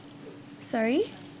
sorry